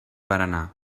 berenar